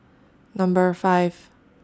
Number five